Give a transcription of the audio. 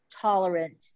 tolerant